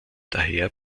daher